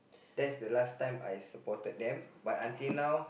that's the last time I supported them but until now